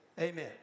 Amen